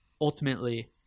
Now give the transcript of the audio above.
ultimately